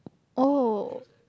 oh